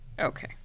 Okay